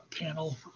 panel